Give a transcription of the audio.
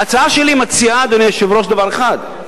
ההצעה שלי מציעה, אדוני היושב-ראש, דבר אחד: